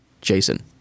Jason